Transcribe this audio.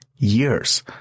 years